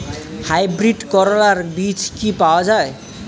Hybrid করলার বীজ কি পাওয়া যায়?